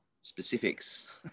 specifics